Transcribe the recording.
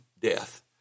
death